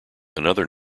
another